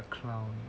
the clown